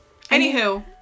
Anywho